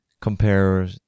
compare